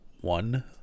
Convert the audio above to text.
one